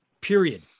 period